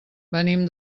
venim